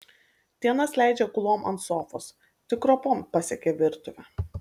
dienas leidžia gulom ant sofos tik ropom pasiekia virtuvę